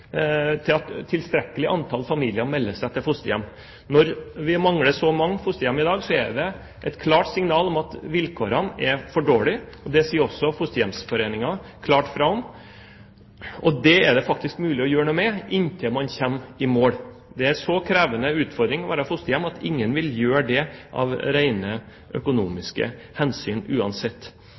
tilstrekkelig antall familier melder seg som fosterforeldre. Siden vi mangler så mange fosterhjem som vi gjør i dag, er det et klart signal om at vilkårene er for dårlige. Det sier også Fosterhjemsforeningen klart fra om. Det er det faktisk mulig å gjøre noe med, inntil man kommer i mål. Det er en så krevende utfordring å være fosterforeldre at ingen vil gjøre det av rent økonomiske hensyn, uansett.